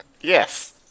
Yes